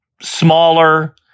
smaller